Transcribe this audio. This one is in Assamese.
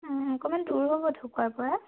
অকণমান দূৰ হ'ব ঢকোৱাৰ পৰা